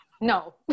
No